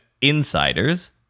insiders